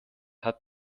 hat